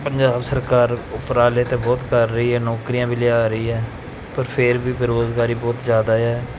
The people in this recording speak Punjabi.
ਪੰਜਾਬ ਸਰਕਾਰ ਉਪਰਾਲੇ ਤਾਂ ਬਹੁਤ ਕਰ ਰਹੀ ਹੈ ਨੌਕਰੀਆਂ ਵੀ ਲਿਆ ਰਹੀ ਹੈ ਪਰ ਫੇਰ ਵੀ ਬੇਰੁਜ਼ਗਾਰੀ ਬਹੁਤ ਜ਼ਿਆਦਾ ਆ